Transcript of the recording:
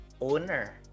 owner